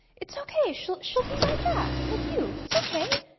it's ok. she'll she'll be right back with you. it's ok.